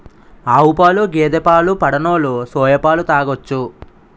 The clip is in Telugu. ఆవుపాలు గేదె పాలు పడనోలు సోయా పాలు తాగొచ్చు